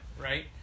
right